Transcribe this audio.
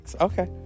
Okay